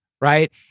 right